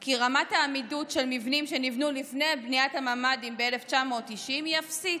כי רמת העמידות של מבנים שנבנו לפני בניית הממ"דים ב-1990 היא אפסית,